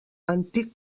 antic